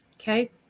Okay